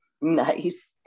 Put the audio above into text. Nice